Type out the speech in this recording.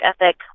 ethic